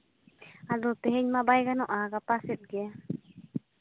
ᱟᱫᱚ ᱛᱮᱦᱤᱧ ᱢᱟ ᱵᱟᱭ ᱜᱟᱱᱚᱜᱼᱟ ᱜᱟᱯᱟ ᱥᱮᱫ ᱜᱮ